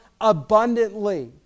abundantly